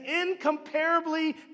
incomparably